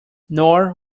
nor